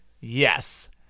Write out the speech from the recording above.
Yes